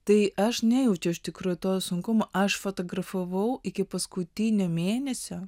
tai aš nejaučiau iš tikro to sunkumo aš fotografavau iki paskutinio mėnesio